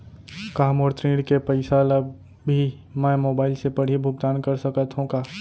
का मोर ऋण के पइसा ल भी मैं मोबाइल से पड़ही भुगतान कर सकत हो का?